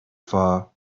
far